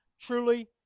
truly